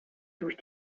durch